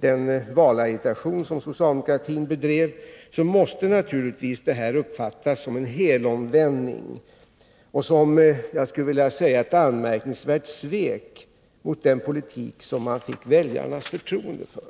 den valagitation som socialdemokraterna bedrev, måste detta naturligtvis uppfattas som en helomvändning och som ett, skulle jag vilja säga, anmärkningsvärt svek mot den politik som man fick väljarnas förtroende för.